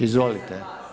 Izvolite.